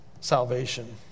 salvation